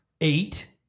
eight